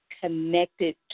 connected